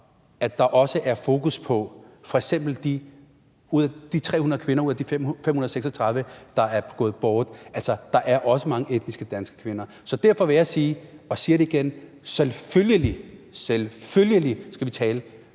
at der også er fokus på, at der f.eks. blandt de 300 kvinder ud af de 536 kvinder, der er gået bort, altså også er mange etnisk danske kvinder. Så derfor vil jeg sige igen: Selvfølgelig – selvfølgelig skal vi tale